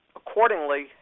accordingly